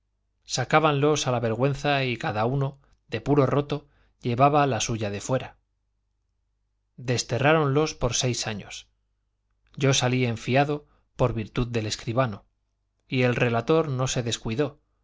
caras descubiertas sacábanlos a la vergüenza y cada uno de puro roto llevaba la suya de fuera desterráronlos por seis años yo salí en fiado por virtud del escribano y el relator no se descuidó